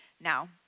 now